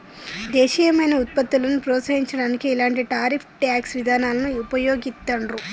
దేశీయమైన వుత్పత్తులను ప్రోత్సహించడానికి ఇలాంటి టారిఫ్ ట్యేక్స్ ఇదానాలను వుపయోగిత్తండ్రు